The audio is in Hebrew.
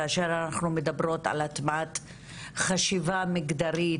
כאשר אנחנו מדברות על הטמעת חשיבה מגדרית